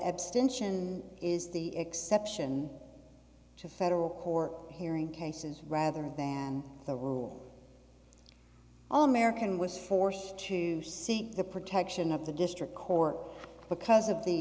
abstention is the exception to federal court hearing cases rather than the rule all american was forced to see the protection of the district court because of the